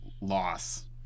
Loss